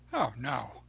oh, no!